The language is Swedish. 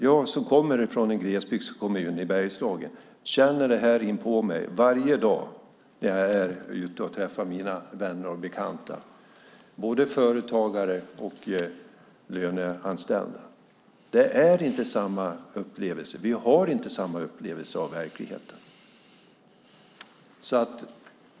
Jag, som kommer från en glesbygdskommun i Bergslagen, känner detta inpå mig varje dag när jag är ute och träffar vänner och bekanta, både företagare och löneanställda. Vi har inte samma upplevelse av verkligheten, Eva Johnsson.